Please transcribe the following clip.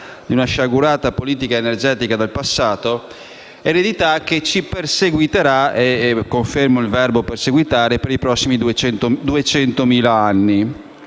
di una sciagurata politica energetica del passato che ci perseguiterà (e confermo il verbo «perseguitare») per i prossimi 200.000 anni.